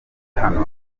hano